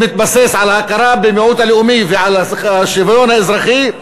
שמתבסס על ההכרה במיעוט הלאומי ועל השוויון האזרחי,